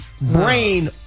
Brain